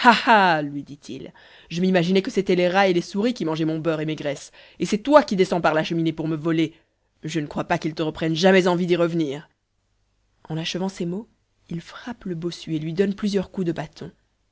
lui dit-il je m'imaginais que c'étaient les rats et les souris qui mangeaient mon beurre et mes graisses et c'est toi qui descends par la cheminée pour me voler je ne crois pas qu'il te reprenne jamais envie d'y revenir en achevant ces mots il frappe le bossu et lui donne plusieurs coups de bâton